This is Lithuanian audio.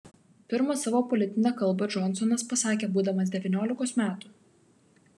pirmą savo politinę kalbą džonsonas pasakė būdamas devyniolikos metų